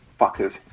Fuckers